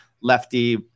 lefty